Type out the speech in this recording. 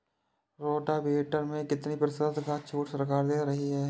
Rotavator में कितनी प्रतिशत का छूट सरकार दे रही है?